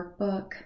workbook